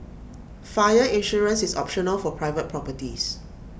fire insurance is optional for private properties